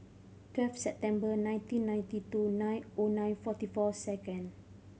twelve September nineteen ninety two nine O nine forty four second